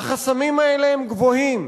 החסמים האלה הם גבוהים,